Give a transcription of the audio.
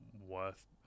worth